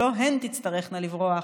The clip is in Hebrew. שלא הן תצטרכנה לברוח,